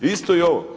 Isto i ovo.